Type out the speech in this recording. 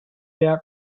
der